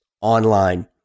online